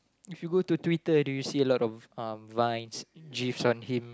if you go to Twitter do you see a lot of um vines gifs on him